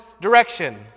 direction